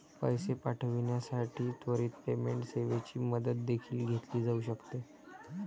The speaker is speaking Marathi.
पैसे पाठविण्यासाठी त्वरित पेमेंट सेवेची मदत देखील घेतली जाऊ शकते